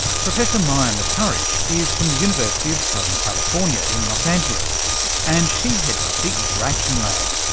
professor maja mataric is from the university of southern california in los angeles and she heads up the interaction lab.